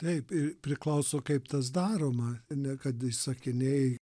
taip ir priklauso kaip tas daroma ne kada įsakinėji